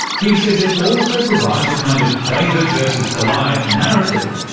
he says it also provides a kind of david versus goliath narrative,